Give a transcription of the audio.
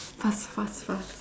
fast fast fast